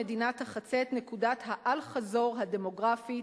המדינה את נקודת האל-חזור הדמוגרפית,